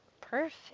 Perfect